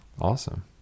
Awesome